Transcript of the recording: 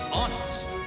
honest